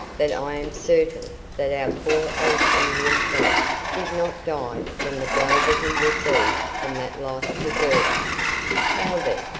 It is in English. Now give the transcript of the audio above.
that i am certain that our poor old indian friend did not die from the blow that he received from that life-preserver. how then?